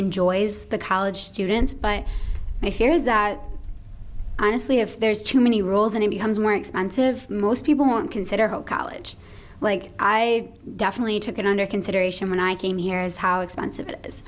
enjoys the college students but my fear is that honestly if there's too many roles and it becomes more expensive most people won't consider whole college like i definitely took it under consideration when i came here is how expensive it is